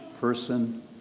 person